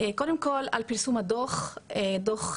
קודם כל על פרסום הדו"ח השנתי,